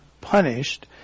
punished